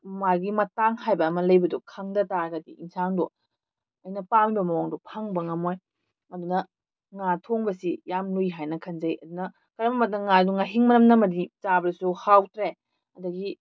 ꯃꯥꯒꯤ ꯃꯇꯥꯡ ꯍꯥꯏꯕ ꯑꯃ ꯂꯩꯕꯗꯣ ꯈꯪꯗ ꯇꯥꯔꯒꯗꯤ ꯏꯟꯁꯥꯡꯗꯣ ꯑꯩꯅ ꯄꯥꯝꯃꯤꯕ ꯃꯑꯣꯡꯗꯣ ꯐꯪꯕ ꯉꯝꯃꯣꯏ ꯑꯗꯨꯅ ꯉꯥ ꯊꯣꯡꯕꯁꯤ ꯌꯥꯝ ꯂꯨꯏ ꯍꯥꯏꯅ ꯈꯟꯖꯩ ꯑꯗꯨꯅ ꯀꯔꯝ ꯃꯇꯝꯗ ꯉꯥꯗꯣ ꯉꯥꯍꯤꯡ ꯃꯅꯝ ꯅꯝꯃꯗꯤ ꯆꯥꯕꯗꯁꯨ ꯍꯥꯎꯇ꯭ꯔꯦ ꯑꯗꯒꯤ